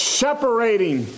separating